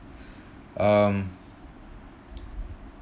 um